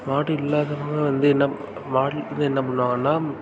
மாடு இல்லாதவர்களும் வந்து என்ன மாடு இல்லாதவங்கள் என்ன பண்ணுவாங்கன்னால்